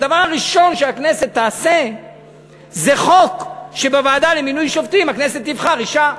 הדבר הראשון שהכנסת תעשה זה חוק שבוועדה למינוי שופטים הכנסת תבחר אישה.